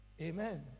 Amen